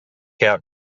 out